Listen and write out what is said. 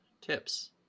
tips